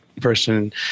person